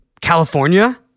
California